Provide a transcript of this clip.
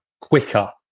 quicker